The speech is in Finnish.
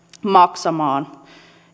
maksamaan